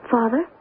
Father